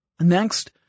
Next